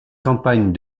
campagnes